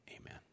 Amen